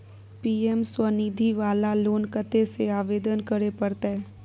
PM Svanidhi वाला loan कत्ते से आवेदन करे परतै?